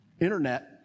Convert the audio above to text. internet